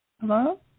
Hello